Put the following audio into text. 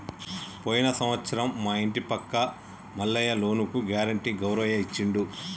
పోయిన సంవత్సరం మా ఇంటి పక్క మల్లయ్య లోనుకి గ్యారెంటీ గౌరయ్య ఇచ్చిండు